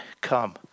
come